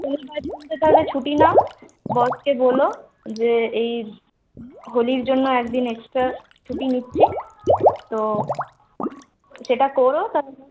শনিবার দিনটা তা হলে ছুটি নাও বসকে বল যে এই হোলির জন্য একদিন এক্সট্রা ছুটি নিচ্ছি তো সেটা কোরো তা হলে